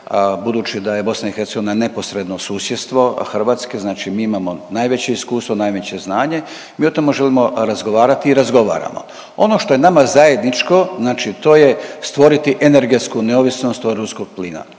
Budući da je BiH neposredno susjedstvo Hrvatske, znači mi imamo najveće iskustvo, najveće znanje, mi o tome želimo razgovarati i razgovaramo. Ono što je nama zajedničko, znači to je stvoriti energetsku neovisnost od ruskog plina.